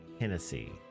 Hennessy